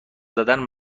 زدن